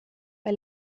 bei